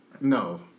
No